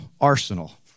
arsenal